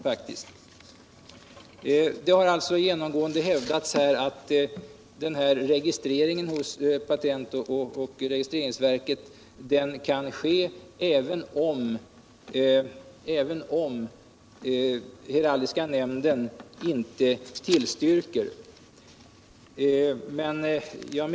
Sammanfattningsvis har det genomgående hävdats att registrering hos patent och registreringsverket kan ske, även om heraldiska nämnden inte tillstyrker en sådan.